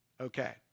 Okay